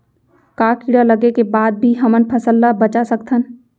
का कीड़ा लगे के बाद भी हमन फसल ल बचा सकथन?